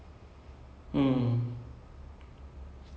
but I think till